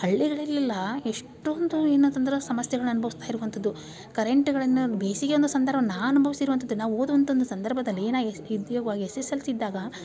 ಹಳ್ಳಿಗಳಲ್ಲೆಲ್ಲ ಎಷ್ಟೊಂದು ಏನು ಆತಂದ್ರೆ ಸಮಸ್ಯೆಗಳು ಅನುಭವ್ಸ್ತಾ ಇರುವಂಥದ್ದು ಕರೆಂಟ್ಗಳನ್ನು ಬೇಸಿಗೆ ಅಂಥ ಸಂದರ್ಭ ನಾನು ಅನ್ಭವ್ಸಿರುವಂಥದ್ದು ನಾ ಓದು ಅಂತಂದ ಸಂದರ್ಭದಲ್ಲಿ ಏನಾಗಿದೆ ಎಸ್ ಎಸ್ ಎಲ್ ಸಿ ಇದ್ದಾಗ